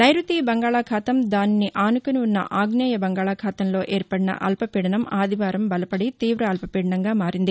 నైరుతి బంగాళాఖాతం దానిని ఆనుకుని ఉన్న ఆగ్నేయ బంగాళాఖాతంలో ఏర్పడిన అల్పపీడనం ఆదివారం బలపడి తీవ అల్పపీడనంగా మారింది